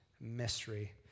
mystery